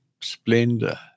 splendor